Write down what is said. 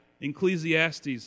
Ecclesiastes